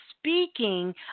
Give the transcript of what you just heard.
speaking